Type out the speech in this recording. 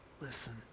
Listen